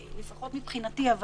לפחות מבחינתי,